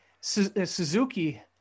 Suzuki